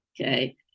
Okay